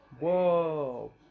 Whoa